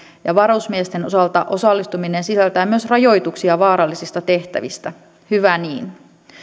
ja varusmiesten osalta osallistuminen sisältää myös rajoituksia vaarallisista tehtävistä hyvä niin